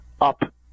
up